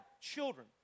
children